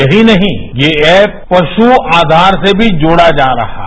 यही नहीं येऐप पशु आधार से भी जोड़ा जा रहा है